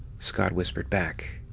scott whispered back.